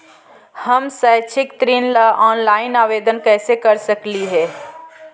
हम शैक्षिक ऋण ला ऑनलाइन आवेदन कैसे कर सकली हे?